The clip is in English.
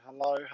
hello